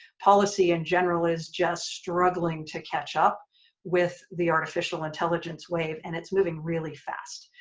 policy in general is just struggling to catch up with the artificial intelligence wave and it's moving really fast,